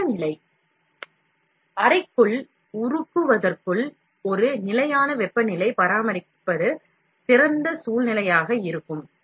வெப்ப நிலை அறைக்குள் உருகுவதற்குள் ஒரு நிலையான வெப்பநிலையை பராமரிப்பது சிறந்த சூழ்நிலையாக இருக்கும்